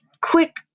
quick